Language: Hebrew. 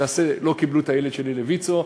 לא קיבלו את הילד שלי לוויצו,